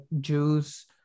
jews